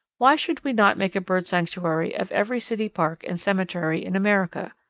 why should we not make a bird sanctuary of every city park and cemetery in america?